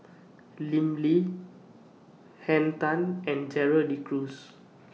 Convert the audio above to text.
Lim Lee Henn Tan and Gerald De Cruz